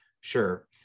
sure